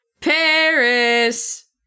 Paris